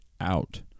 out